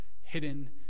hidden